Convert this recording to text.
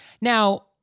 Now